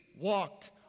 walked